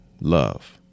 love